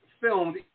filmed